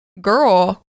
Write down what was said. girl